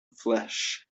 flesh